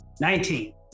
Nineteen